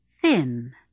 thin